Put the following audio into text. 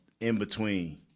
in-between